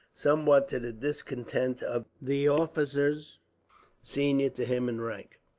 somewhat to the discontent of the officers senior to him in rank.